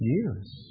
years